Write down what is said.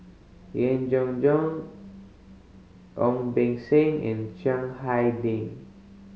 Yeen Jenn Jong Ong Beng Seng and Chiang Hai Ding